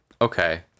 Okay